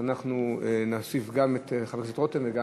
אנחנו נוסיף גם את חבר הכנסת רותם וגם